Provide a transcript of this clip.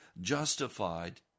justified